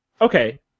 Okay